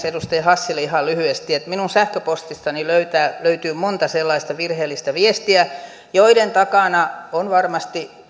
edustaja hassille ihan lyhyesti että minun sähköpostistani löytyy monta sellaista virheellistä viestiä joiden takana on varmasti